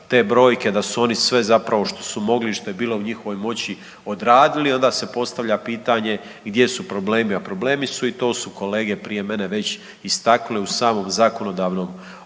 te brojke da su oni sve zapravo što su mogli i što je bilo u njihovoj moći odradili, onda se postavlja pitanje gdje su problemi, a problemi su i to su kolege prije mene već istakli u samom zakonodavnom okviru.